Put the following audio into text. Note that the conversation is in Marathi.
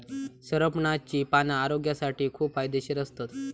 सरपणाची पाना आरोग्यासाठी खूप फायदेशीर असतत